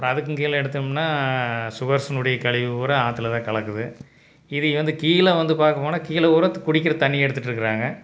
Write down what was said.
இப்போ அதுக்கும் கீழே எடுத்தோம்னால் சுவரசுனுடைய கழிவு பூராக ஆற்றிலதான் கலக்குது இது வந்து கீழே வந்து பார்க்க போனால் கீழே பூரா குடிக்கிற தண்ணியை எடுத்துகிட்டுருக்காங்க